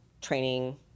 training